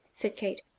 said kate.